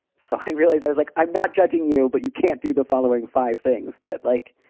so i realize i was like, i'm not judging you, but you can't do the following five things. but like,